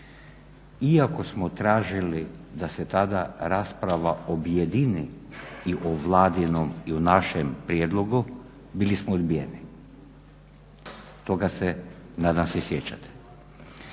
iako smo tražili da se tada rasprava objedini, i o Vladinom i o našem prijedlogu, bili smo odbijeni. Toga se nadam se sjećate.